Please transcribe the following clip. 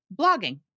blogging